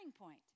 point